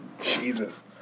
Jesus